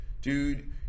Dude